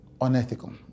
unethical